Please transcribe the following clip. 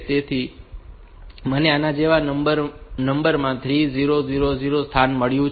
તેથી મને આના જેવા નંબરમાં 3000 સ્થાન મળ્યું છે